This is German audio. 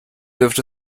dürfte